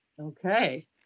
Okay